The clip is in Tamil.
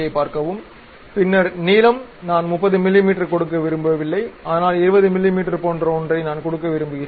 பின்னர் நீளம் நான் 30 மிமீ கொடுக்க விரும்பவில்லை ஆனால் 20 மிமீ போன்ற ஒன்றை நான் கொடுக்க விரும்புகிறேன்